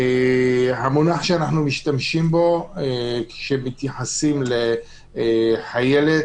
המונח שאנחנו משתמשים בו כשמדברים על חיילת